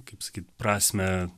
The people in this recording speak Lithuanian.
kaip sakyt prasmę